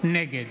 נגד